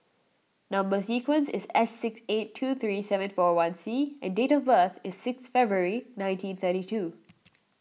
Number Sequence is S six eight two three seven four one C and date of birth is six February nineteen thirty two